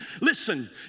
listen